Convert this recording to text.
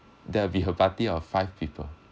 there will a party of five people